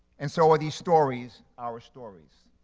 and so are these stories our stories.